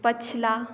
पछिला